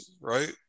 right